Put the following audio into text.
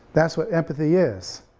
that's what empathy is,